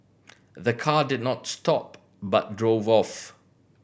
the car did not stop but drove off